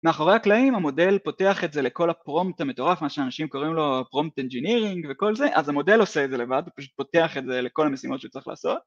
מאחורי הקלעים המודל פותח את זה לכל הפרומט המטורף, מה שאנשים קוראים לו פרומט אנג'ינג'ינג וכל זה אז המודל עושה את זה לבד, הוא פשוט פותח את זה לכל המשימות שצריך לעשות